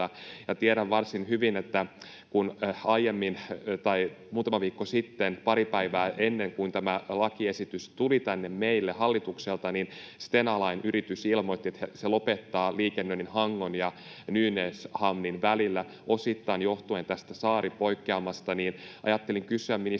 Tiedän varsin hyvin, että muutama viikko sitten, pari päivää ennen kuin tämä lakiesitys tuli tänne meille hallitukselta, Stena Line ‑yritys ilmoitti, että se lopettaa liikennöinnin Hangon ja Nynäshamnin välillä osittain johtuen tästä saaripoikkeamasta. Ajattelinkin kysyä ministeri